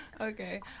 Okay